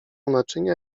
naczynia